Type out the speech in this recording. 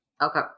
okay